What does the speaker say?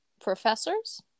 professors